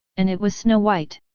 and it was snow-white.